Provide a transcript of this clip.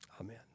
Amen